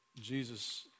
Jesus